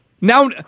now